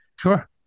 Sure